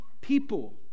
people